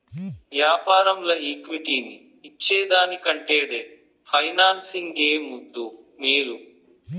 యాపారంల ఈక్విటీని ఇచ్చేదానికంటే డెట్ ఫైనాన్సింగ్ ఏ ముద్దూ, మేలు